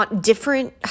different